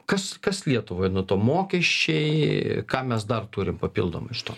kas kas lietuvai nuo to mokesčiai ką mes dar turim papildomai iš to